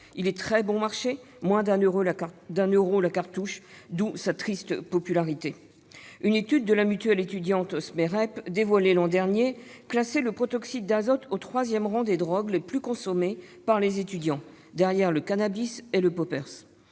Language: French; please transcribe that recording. Il est très bon marché et coûte moins de 1 euro la cartouche. D'où sa triste popularité ... Une étude de la mutuelle étudiante Smerep, dévoilée l'an dernier, classait le protoxyde d'azote au troisième rang des drogues les plus consommées par les étudiants, derrière le cannabis et le poppers.